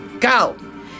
Go